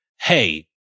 hey